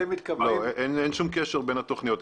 אין שום קשר בין התוכניות.